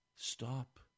Stop